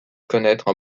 connaître